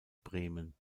bremen